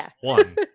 One